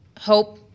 hope